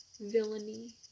villainy